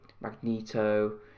Magneto